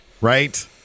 Right